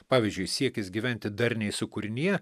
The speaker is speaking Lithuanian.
pavyzdžiui siekis gyventi darniai su kūrinija